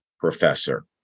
professor